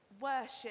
worship